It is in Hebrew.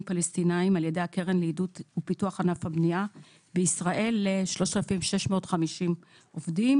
פלסטינים על ידי הקרן לעידוד ופיתוח ענף הבנייה בישראל ל-3,650 עובדים.